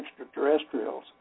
extraterrestrials